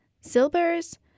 Silber's